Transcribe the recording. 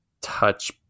touch